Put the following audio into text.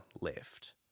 left